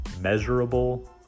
measurable